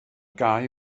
gau